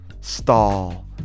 stall